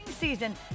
season